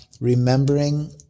remembering